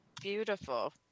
Beautiful